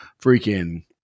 freaking